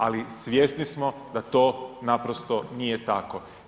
Ali svjesni smo da to naprosto nije tako.